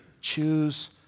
Choose